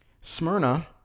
Smyrna